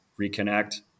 reconnect